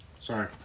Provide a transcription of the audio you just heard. Sorry